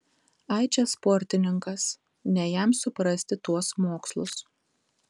ai čia sportininkas ne jam suprasti tuos mokslus